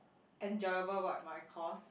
enjoyable but my course